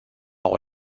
vreo